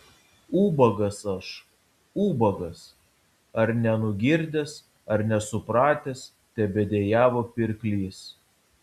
ubagas aš ubagas ar nenugirdęs ar nesupratęs tebedejavo pirklys